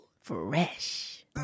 Fresh